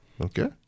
Okay